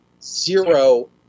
zero